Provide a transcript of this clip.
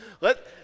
Let